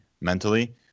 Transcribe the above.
mentally